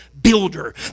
builder